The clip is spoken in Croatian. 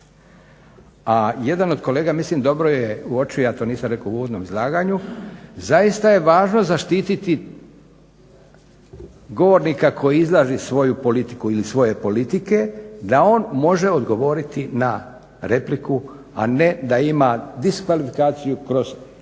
A jedan od kolega dobro je uočio, ja to nisam rekao u uvodnom izlaganju, zaista je važno zaštititi govornika koji izrazi svoju politiku ili svoje politike da on može odgovoriti na repliku, a ne da ima diskvalifikaciju kroz netočan